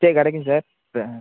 சரி கிடைக்கும் சார் ஆ